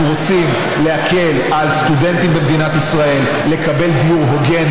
אנחנו רוצים להקל על סטודנטים במדינת ישראל לקבל דיור הוגן.